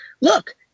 look